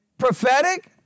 Prophetic